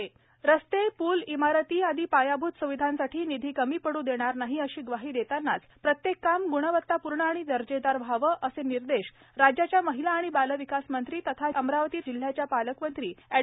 यशोमती ठाक्र रस्ते पुल इमारती आदी पायाभूत सुविधांसाठी निधी कमी पड्ड देणार नाही अशी ग्वाही देतानाच प्रत्येक काम गुणवतापूर्ण आणि दर्जेदार व्हावे असे निर्देश राज्याच्या महिला आणि बालविकास मंत्री तथा जिल्ह्याच्या पालकमंत्री ऍड